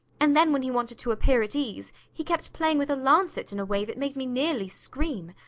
and then when he wanted to appear at ease he kept playing with a lancet in a way that made me nearly scream.